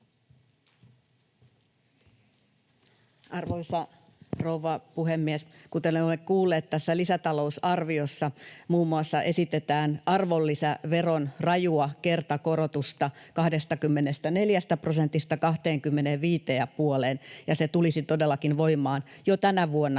Arvoisa rouva puhemies! Kuten olemme kuulleet, tässä lisätalousarviossa muun muassa esitetään arvonlisäveron rajua kertakorotusta 24 prosentista 25:een ja puoleen, ja se tulisi todellakin voimaan jo tänä vuonna